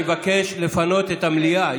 אני מבקש לפנות את המליאה.